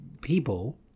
people